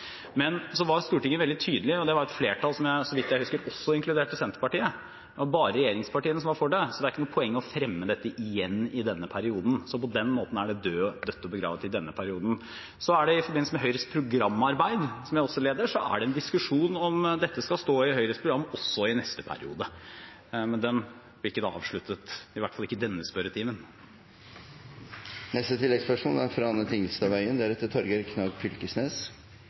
Men så var Stortinget veldig tydelig – i og med det flertallet, som, så vidt jeg husker,m også inkluderte Senterpartiet: Det var bare regjeringspartiene som var for forslaget. Så det er ikke noe poeng å fremme det igjen i denne perioden. Så på den måten er det dødt og begravet i denne perioden. I forbindelse med Høyres programarbeid, som jeg også leder, er det en diskusjon om dette skal stå i Høyres program også i neste periode. Men den diskusjonen blir i alle fall ikke avsluttet i denne spørretimen.